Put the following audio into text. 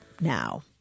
now